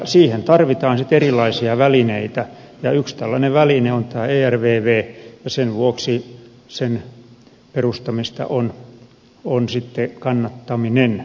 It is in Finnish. siihen tarvitaan erilaisia välineitä ja yksi tällainen väline on tämä ervv ja sen vuoksi sen perustamista on kannattaminen